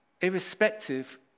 irrespective